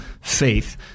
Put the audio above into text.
faith